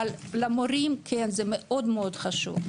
אבל למורים זה מאוד-מאוד חשוב.